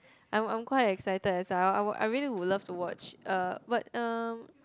I'm I'm quite excited as well I would I really would love to watch uh but uh